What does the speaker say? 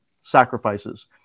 sacrifices